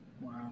Wow